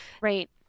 Right